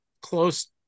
close